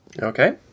Okay